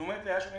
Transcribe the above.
היא אומרת: האשם,